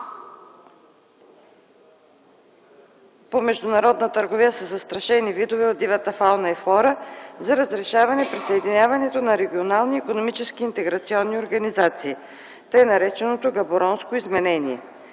по международна търговия със застрашени видове от дивата фауна и флора за разрешаване присъединяването на регионални икономически интеграционни организации – т.нар. Габоронско изменение.